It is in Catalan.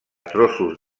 trossos